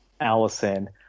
Allison